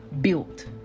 built